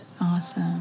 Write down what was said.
Awesome